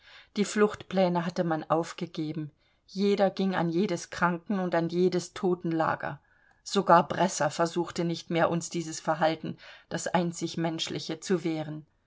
die fluchtpläne hatte man aufgegeben jeder ging an jedes kranken und an jedes toten lager sogar bresser versuchte nicht mehr uns dieses verhalten das einzig menschliche zu wehren